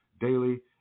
daily